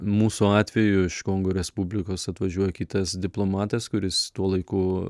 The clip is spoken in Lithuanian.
mūsų atveju iš kongo respublikos atvažiuoja kitas diplomatas kuris tuo laiku